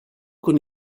con